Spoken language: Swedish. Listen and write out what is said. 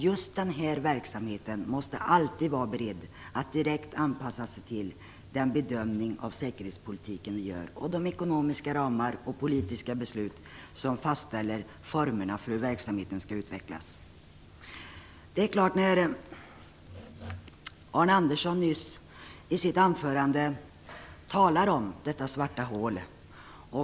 Just denna verksamhet måste alltid vara beredd att direkt anpassa sig till den bedömning som vi gör av säkerhetspolitiken liksom de ekonomiska ramar och de politiska beslut som fastställer formerna för hur verksamheten skall utvecklas. Arne Andersson talade nyss i sitt anförande om detta svarta hål.